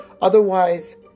Otherwise